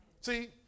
See